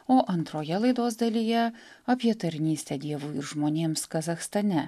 o antroje laidos dalyje apie tarnystę dievui ir žmonėms kazachstane